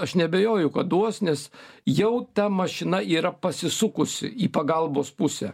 aš neabejoju kad duos nes jau ta mašina yra pasisukusi į pagalbos pusę